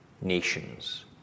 nations